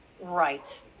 Right